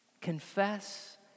Confess